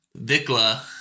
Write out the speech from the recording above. Vikla